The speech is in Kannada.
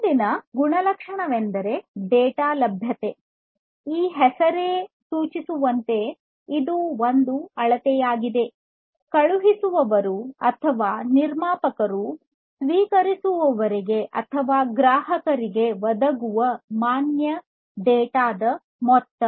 ಮುಂದಿನ ಗುಣಲಕ್ಷಣವೆಂದರೆ ಡೇಟಾ ಲಭ್ಯತೆ ಈ ಹೆಸರೇ ಸೂಚಿಸುವಂತೆ ಇದು ಒಂದು ಅಳತೆಯಾಗಿದೆ ಕಳುಹಿಸುವವರು ಅಥವಾ ನಿರ್ಮಾಪಕರು ಸ್ವೀಕರಿಸುವವರಿಗೆ ಅಥವಾ ಗ್ರಾಹಕರಿಗೆ ಒದಗಿಸುವ ಮಾನ್ಯ ಡೇಟಾ ದ ಮೊತ್ತ